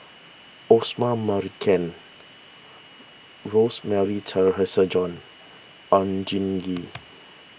Osman Merican Rosemary Oon Jin Gee